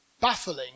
baffling